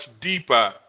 deeper